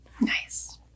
Nice